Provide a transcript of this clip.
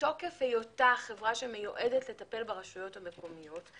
מתוקף היותה חברה שמיועדת לטפל ברשויות המקומיות,